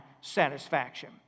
satisfaction